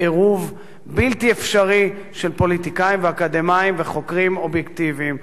בעירוב בלתי אפשרי של פוליטיקאים ואקדמאים וחוקרים אובייקטיביים,